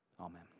Amen